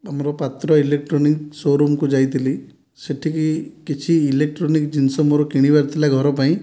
ଆମର ପାତ୍ର ଇଲେକ୍ଟ୍ରୋନିକ୍ ଶୋରୁମକୁ ଯାଇଥିଲି ସେଠିକି କିଛି ଇଲେକ୍ଟ୍ରୋନିକ୍ ଜିନିଷ ମୋର କିଣିବାର ଥିଲା ଘର ପାଇଁ